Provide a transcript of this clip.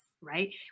right